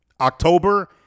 October